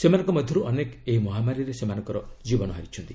ସେମାନଙ୍କ ମଧ୍ୟରୁ ଅନେକ ଏହି ମହାମାରୀରେ ସେମାନଙ୍କର ଜୀବନ ହାରିଛନ୍ତି